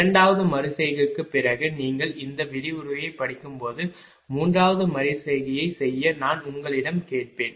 இரண்டாவது மறு செய்கைக்குப் பிறகு நீங்கள் இந்த விரிவுரையைப் படிக்கும்போது மூன்றாவது மறு செய்கையைச் செய்ய நான் உங்களிடம் கேட்பேன்